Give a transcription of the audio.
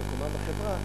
את מקומם בחברה,